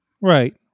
right